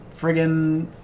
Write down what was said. friggin